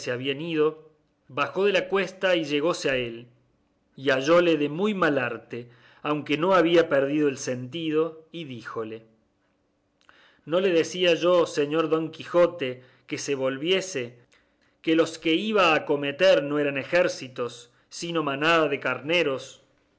habían ido bajó de la cuesta y llegóse a él y hallóle de muy mal arte aunque no había perdido el sentido y díjole no le decía yo señor don quijote que se volviese que los que iba a acometer no eran ejércitos sino manadas de carneros